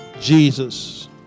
Jesus